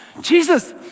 Jesus